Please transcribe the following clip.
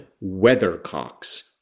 weathercocks